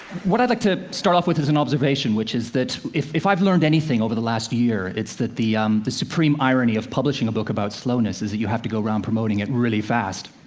what i'd like to start off with is an observation, which is that if if i've learned anything over the last year, it's that the um the supreme irony of publishing a book about slowness is that you have to go around promoting it really fast.